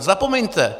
Zapomeňte!